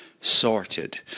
sorted